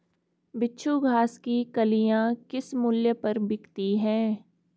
बिच्छू घास की कलियां किस मूल्य पर बिकती हैं?